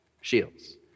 shields